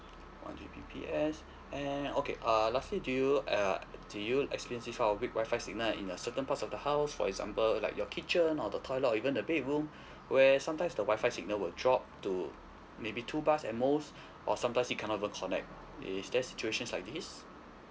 one G_B_P_S and okay uh lastly do you uh do you experience this kind of weak wi-fi signal at certain parts of the house for example like your kitchen or the toilet or even the bedroom where sometimes the wi-fi signal would drop to maybe two bars at most or sometimes you cannot even connect is there situation like this